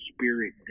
Spirit